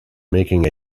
making